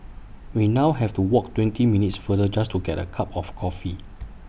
we now have to walk twenty minutes farther just to get A cup of coffee